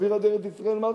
אווירא דארץ-ישראל מחכים,